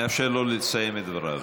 נאפשר לו לסיים את דבריו.